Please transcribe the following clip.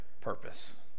purpose